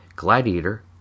Gladiator